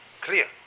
clear